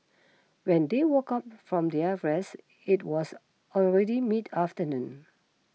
when they woke up from their rest it was already mid afternoon